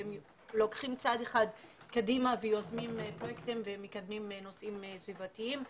והם לוקחים צעד אחד קדימה ויוזמים פרויקטים ומקדמים נושאים סביבתיים.